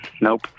Nope